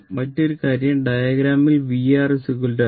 മറ്റൊരു കാര്യം ഈ ഡയഗ്രാമിൽ vR i R